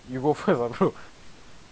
you go first ah bro